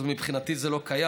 אז מבחינתי זה לא קיים.